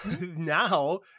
now